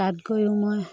তাত গৈও মই